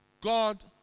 God